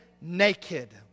naked